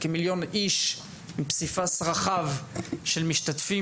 כמיליון איש עם פסיפס רחב של משתתפים,